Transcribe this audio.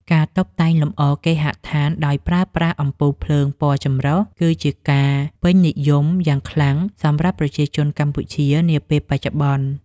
ការតុបតែងលម្អគេហដ្ឋានដោយប្រើប្រាស់អំពូលភ្លើងពណ៌ចម្រុះ គឺជាការពេញនិយមយ៉ាងខ្លាំងសម្រាប់ប្រជាជនកម្ពុជានាពេលបច្ចុប្បន្ន។